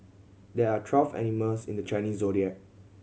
there are twelve animals in the Chinese Zodiac